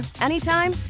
anytime